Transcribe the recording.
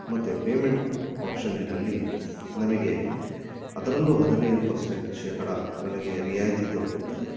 ಮತ್ತೆ ಪೇಮೆಂಟ್ ಆಪ್ಷನ್ನಿನಲ್ಲಿ ನನಗೆ ಅದರಲ್ಲೂ ಹದ್ನೈದು ಪರ್ಸೆಂಟ್ ಶೇಕಡ ನನಗೆ ರಿಯಾಯಿತಿ ದೊರಕುತ್ತದೆ